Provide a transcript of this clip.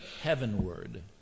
heavenward